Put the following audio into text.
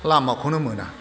लामाखौनो मोना